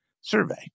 survey